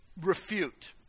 refute